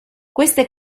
queste